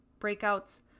Breakouts